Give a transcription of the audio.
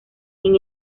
sin